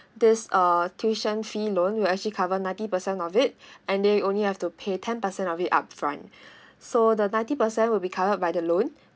this uh tuition fee loan will actually cover ninety percent of it and they you only have to pay ten percent of it upfront so the ninety percent will be covered by the loan